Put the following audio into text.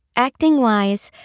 acting wise,